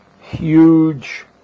huge